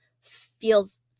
feels